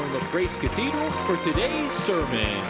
grace cathedral for today's sermon!